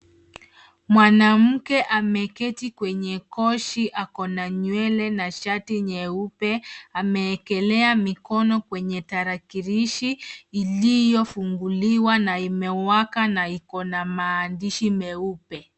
Mwanamke ameketi kwenye kochi, ako na nywele na shati nyeupe. Ameekelea mikono kwenye tarakilishi iliyofunguliwa na imewaka na iko na maandishi meupe.